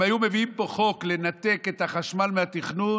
אם היו מביאים לפה חוק לנתק את החשמל מהתכנון,